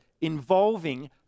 involving